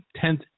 tenth